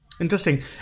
Interesting